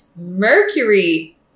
Mercury